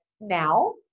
now